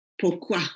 pourquoi